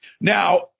Now